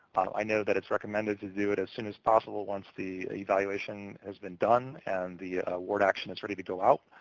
i know that it's recommended to do it as soon as possible once the evaluation has been done and the award action is ready to go out.